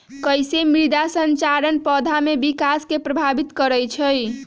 कईसे मृदा संरचना पौधा में विकास के प्रभावित करई छई?